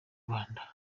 rwanda